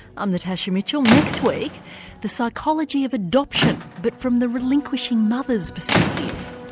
i'm natasha mitchell, next week the psychology of adoption, but from the relinquishing mother's perspective.